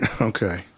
Okay